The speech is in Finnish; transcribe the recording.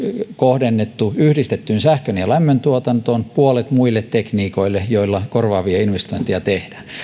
kohdennettu yhdistettyyn sähkön ja lämmön tuotantoon puolet muille tekniikoille joilla korvaavia investointeja tehdään